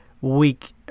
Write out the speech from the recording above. week